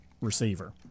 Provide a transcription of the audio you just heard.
receiver